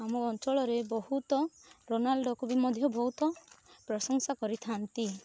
ଆମ ଅଞ୍ଚଳରେ ବହୁତ ରୋନାଲ୍ଡୋକୁ ବି ମଧ୍ୟ ବହୁତ ପ୍ରଶଂସା କରିଥାଆନ୍ତି